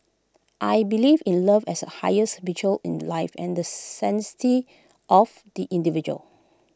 I believe in love as the highest virtue in life and the sanctity of the individual